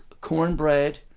Cornbread